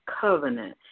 covenant